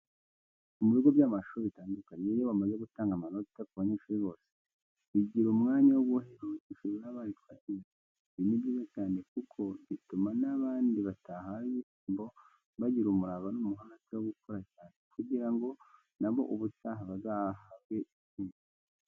Mu bigo by'amashuri bitandukanye iyo bimaze gutanga amanota ku banyeshuri bose, bigira umwanya wo guhemba banyeshuri baba baritwaye neza. Ibi ni byiza cyane kuko bituma n'abandi batahawe ibihembo bagira umurava n'umuhate wo gukora cyane kugira ngo na bo ubutaha bazahabwe ibihembo.